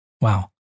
Wow